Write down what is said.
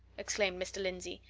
exclaimed mr. lindsey,